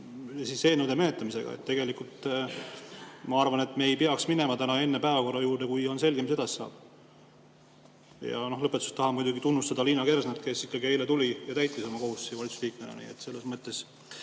meie eelnõude menetlemisega. Tegelikult ma arvan, et me ei peaks minema täna enne päevakorra juurde, kui on selge, mis edasi saab. Ja lõpetuseks tahan muidugi tunnustada Liina Kersnat, kes ikkagi eile tuli ja täitis oma kohustusi valitsusliikmena, nii et selle